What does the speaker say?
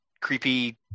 creepy